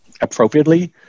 appropriately